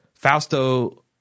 Fausto